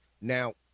Now